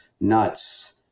nuts